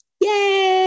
Yay